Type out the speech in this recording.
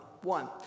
One